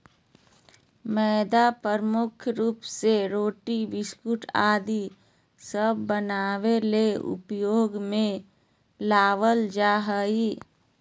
मैदा मुख्य रूप से रोटी, बिस्किट आदि सब बनावे ले उपयोग मे लावल जा हय